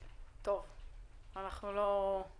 דיברנו על